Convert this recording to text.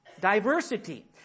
diversity